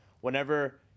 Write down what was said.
whenever